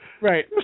right